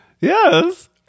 Yes